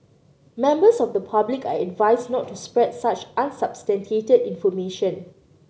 members of the public are advised not to spread such unsubstantiated information